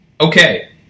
Okay